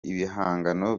ibihangano